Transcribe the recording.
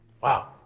Wow